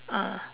ah